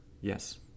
Yes